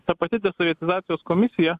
ta pati desovietizacijos komisija